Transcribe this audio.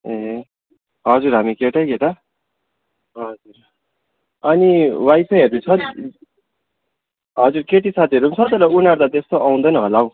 ए हजुर हामी केटै केटा हजुर अनि वाइफाइहरू छ हजुर केटी साथीहरू पनि छ तर उनीहरू त त्यस्तो आउँदैन होला हौ